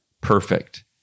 perfect